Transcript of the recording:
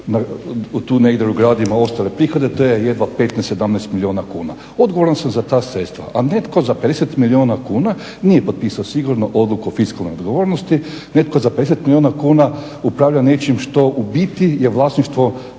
tu negdje ugradimo ostale prihode to je jedva 15, 17 milijuna kuna. Odgovoran sam za ta sredstva, a netko za 50 milijuna kuna nije potpisao sigurno odluku o fiskalnoj odgovornosti. Netko za 50 milijuna kuna upravlja nečim što u biti je vlasništvo